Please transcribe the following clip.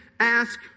ask